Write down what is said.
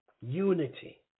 unity